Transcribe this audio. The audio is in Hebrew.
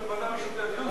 ועדה משותפת.